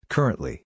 Currently